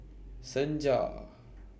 Senja